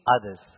others